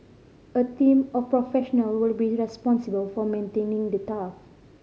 a team of professional will be responsible for maintaining the turf